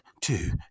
two